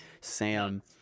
Sam